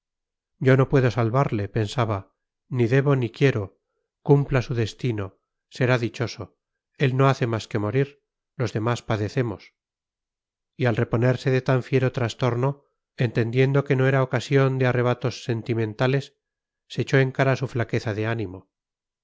yo no puedo salvarle pensaba ni debo ni quiero cumpla su destino será dichoso él no hace más que morir los demás padecemos y al reponerse de tan fiero trastorno entendiendo que no era ocasión de arrebatos sentimentales se echó en cara su flaqueza de ánimo